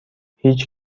هیچ